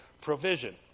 provision